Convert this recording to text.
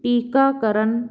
ਟੀਕਾਕਰਨ